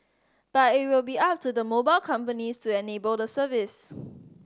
but it will be up to the mobile companies to enable the service